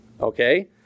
Okay